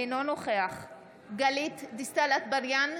אינו נוכח גלית דיסטל אטבריאן,